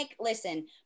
listen